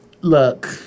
Look